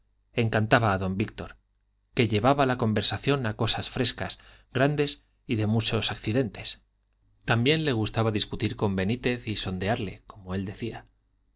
encantaba a don víctor que llevaba la conversación a cosas frescas grandes y de muchos accidentes también le gustaba discutir con benítez y sondearle como él decía